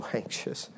anxious